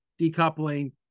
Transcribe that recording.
decoupling